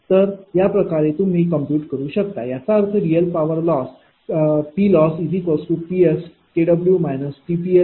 तर या प्रकारे तुम्ही कॉम्प्युट करू शकता याचा अर्थ real power loss PLossPskW TPL आहे